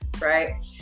right